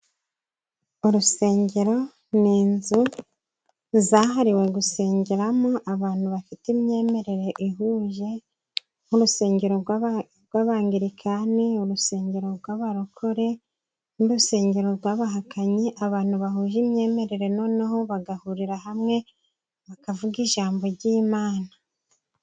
Urusengero ni inzu zahariwe gusengeramo abantu bafite imyemerere ihuje nk'urusengero rw'abangirikani, urusengero rw'abarokore n'urusengero rw'abahakanyi. Abantu bahuje imyemerere noneho bagahurira hamwe bakavuga ijambo ry'Imana.